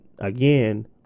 Again